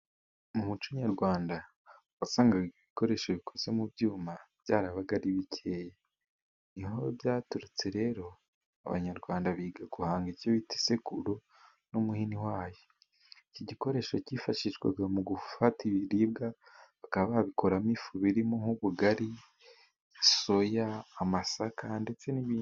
Mu muco nyarwanda, wasangaga ibikoresho bikoze mu byuma byarabaga ari bikeya. Niho byaturutse rero, Abanyarwanda biga guhanga icyo bita isekuru n'umuhini wayo. Iki gikoresho cyifashishwaga mu gufata ibiribwa, bakaba babikoramo ifu, birimo nk'ubugari, soya, amasaka, ndetse n'ibindi.